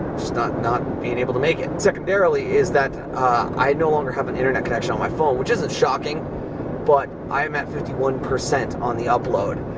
not not being able to make it. secondarily, is that i no longer have an internet connection on my phone which isn't shocking but i am at fifty one percent on the upload.